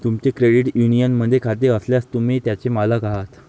तुमचे क्रेडिट युनियनमध्ये खाते असल्यास, तुम्ही त्याचे मालक आहात